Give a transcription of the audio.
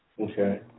Okay